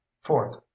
fourth